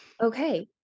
okay